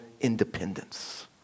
independence